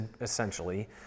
essentially